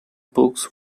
books